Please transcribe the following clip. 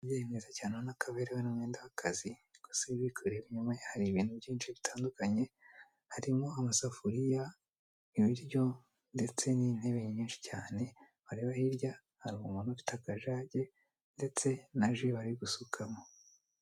Umubyeyi muwiza ubona ko aberewe n'umwenda w'akazi, ariko inyumaye hari ibintu byinshi bitandukanye, harimo amasafuriya ibiryo ndetse n'intebe nyinshi cyane, wareba hirya hari umuntu ufite akajage ndetse na ji bari gusukamo.